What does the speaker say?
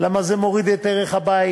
כי זה מוריד את ערך הבית,